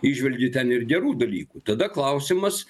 įžvelgi ten ir gerų dalykų tada klausimas